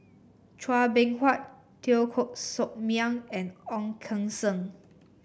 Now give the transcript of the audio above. Chua Beng Huat Teo Koh Sock Miang and Ong Keng Sen